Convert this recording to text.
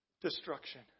destruction